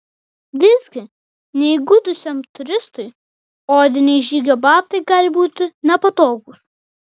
visgi neįgudusiam turistui odiniai žygio batai gali būti nepatogūs